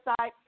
website